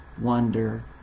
wonder